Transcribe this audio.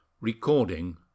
Recording